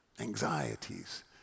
anxieties